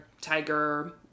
tiger